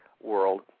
world